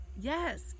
yes